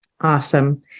awesome